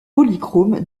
polychrome